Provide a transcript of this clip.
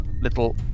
little